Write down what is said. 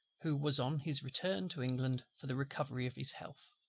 who, was on his return to england for the recovery of his health.